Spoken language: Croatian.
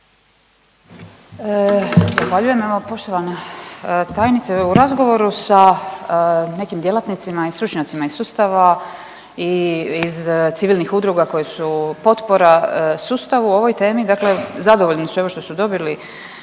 Zahvaljujem. Evo poštovana tajnice, u razgovoru sa nekim djelatnicima i stručnjacima iz sustava i iz civilnih udruga koje su potpora sustavu u ovoj temi, dakle zadovoljni su evo što su dobili